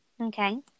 Okay